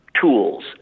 tools